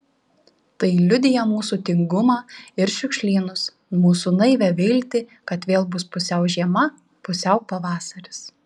tai liudija mūsų tingumą ir šiukšlynus mūsų naivią viltį kad vėl bus pusiau žiema pusiau pavasaris